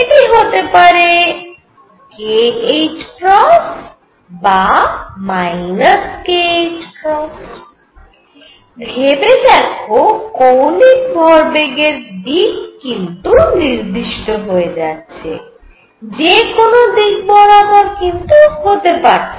এটি হতে পারে kℏ বা kℏ ভেবে দেখো কৌণিক ভরবেগের দিক কিন্তু নির্দিষ্ট হয়ে যাচ্ছে যে কোন দিক বরাবর কিন্তু হতে পারছেনা